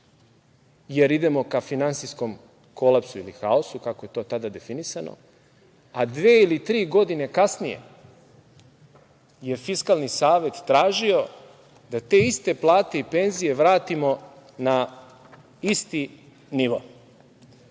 jer idemo ka finansijskom kolapsu ili haosu, kako je to tada definisano, a dve ili tri godine kasnije je Fiskalni savet tražio da te iste plate i penzije vratimo na isti nivo. Šta